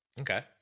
Okay